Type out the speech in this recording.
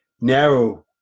narrow